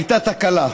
הייתה תקלה.